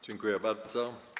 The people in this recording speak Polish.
Dziękuję bardzo.